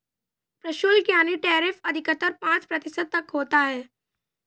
प्रशुल्क यानी टैरिफ अधिकतर पांच प्रतिशत तक होता है